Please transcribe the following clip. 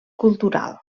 cultural